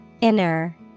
Inner